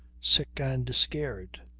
sick and scared.